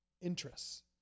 interests